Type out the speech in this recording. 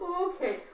Okay